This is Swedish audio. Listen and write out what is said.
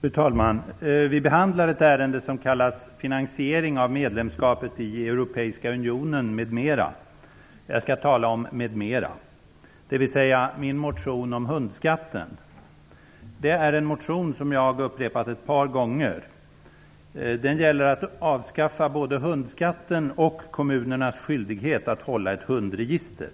Fru talman! Vi behandlar nu ett ärende som kallas Finansiering av medlemskapet i Europeiska unionen, m.m. Jag skall tala om "m.m.", dvs. min motion om hundskatten. Det är en motion som jag har upprepat ett par gånger. Den gäller att man skall avskaffa både hundskatten och kommunernas skyldighet att hålla ett hundregister.